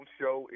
show